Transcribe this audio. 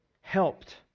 helped